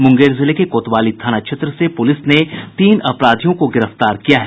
मुंगेर जिले के कोतवाली थाना क्षेत्र से पुलिस ने तीन अपराधियों को गिरफ्तार किया है